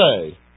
say